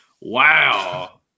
Wow